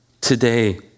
today